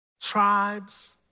tribes